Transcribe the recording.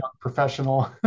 professional